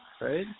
right